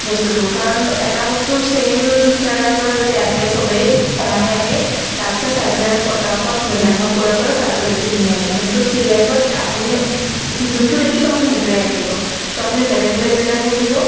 বস্তুটো কাৰণ এটা বস্তু চেইম জাগাৰ পৰা যদি আঁকে চবেই সমানে আঁকে তাৰপিছত চাই পেলাই আমি পটাপট মূল্যাঙ্কন কৰিব পাৰোঁ তাৰতো বেছি ধুনীয়া আছে কিন্তু ষ্টিল লাইফত আপুনি যোনটো দেখিব সেইটোৱে আঁকিব ত' আপুনি বেলেগ বেলেগ জেগাত বহিব